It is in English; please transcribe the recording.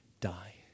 die